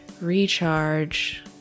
recharge